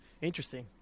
Interesting